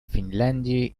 финляндии